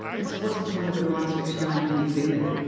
and so what's the point of a mindswitch knowing how you're feeling?